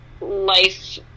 life